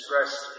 expressed